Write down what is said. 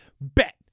bet